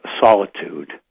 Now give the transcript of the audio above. solitude